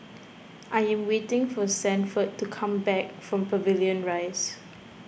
I am waiting for Sanford to come back from Pavilion Rise